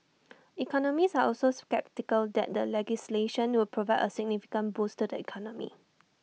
economists are also sceptical that the legislation would provide A significant boost to the economy